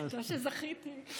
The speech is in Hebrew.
טוב שזכיתי.